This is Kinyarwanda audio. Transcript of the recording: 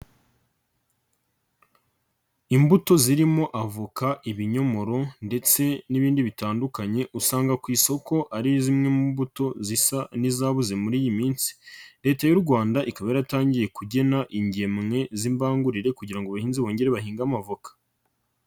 Imbuto zirimo avoka, ibinyomoro ndetse n'ibindi bitandukanye, usanga ku isoko ari zimwe mu mbuto zisa n'izabuze muri iyi minsi, Leta y'u Rwanda ikaba yaratangiye kugena ingemwe z'imbangurire kugira ngo abahinzi bongere bahinge amavoka.